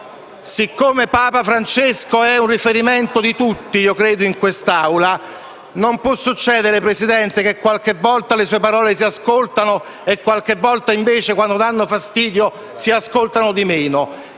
che Papa Francesco sia un riferimento di tutti in quest'Aula, non può succedere che qualche volta le sue parole si ascoltino e qualche volta invece, quando danno fastidio, si ascoltino di meno.